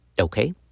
Okay